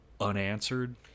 unanswered